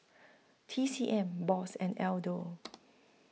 T C M Bose and Aldo